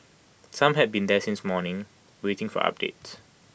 some had been there since morning waiting for updates